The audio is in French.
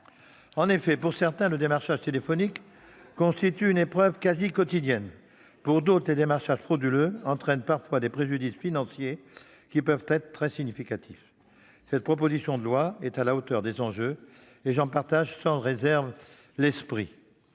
l'avenir. Pour certains, le démarchage téléphonique constitue une épreuve quasi quotidienne ; pour d'autres, les démarchages frauduleux entraînent parfois des préjudices financiers qui peuvent être très significatifs. Cette proposition de loi est à la hauteur des enjeux, et j'en partage sans réserve l'esprit.